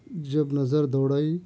جب نظر دوڑائی